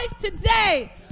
today